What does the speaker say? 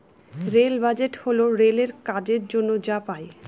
rail budget হল রেলের কাজের জন্য যা পাই